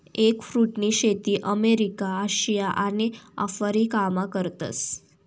एगफ्रुटनी शेती अमेरिका, आशिया आणि आफरीकामा करतस